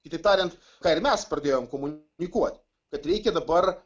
kitaip tariant ką mes pradėjom komunikuoti kad reikia dabar